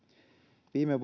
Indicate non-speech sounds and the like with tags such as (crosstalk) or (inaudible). viime (unintelligible)